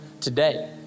today